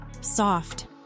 soft